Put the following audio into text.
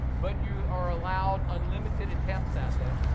but you are allowed unlimited attempts at that,